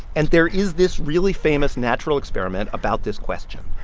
and there is this really famous natural experiment about this question.